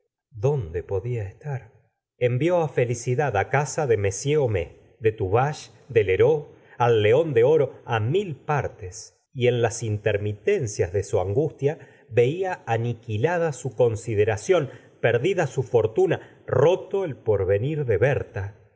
dónde podía estar envió á felicidad á casa de m homais de tuvache de lheureux al l eón de oro á mil partes y en las intermitencias de su angustia veta aniquilada su consideración perdida su fortuna roto el porvenit de berta